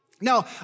Now